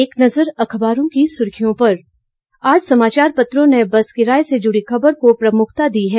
एक नज़र अखबारों की सुर्खियों पर आज समाचार पत्रों ने बस किराए से जुड़ी खबर को प्रमुखता दी है